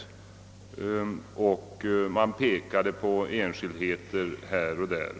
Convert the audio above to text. Man har bara pekat på enskildheter här och där.